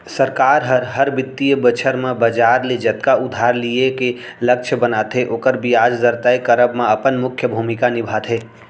सरकार हर, हर बित्तीय बछर म बजार ले जतका उधार लिये के लक्छ बनाथे ओकर बियाज दर तय करब म अपन मुख्य भूमिका निभाथे